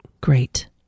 Great